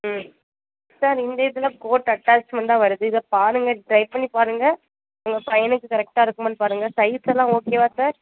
ம் சார் இந்த இதில் கோட் அட்டாச்மெண்ட்டாக வருது இதை பாருங்க ட்ரை பண்ணிப் பாருங்க உங்கள் பையனுக்கு கரெக்டாக இருக்குமானு பாருங்க சைஸ் எல்லாம் ஓகேவா சார்